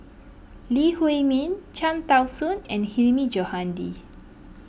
Lee Huei Min Cham Tao Soon and Hilmi Johandi